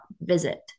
visit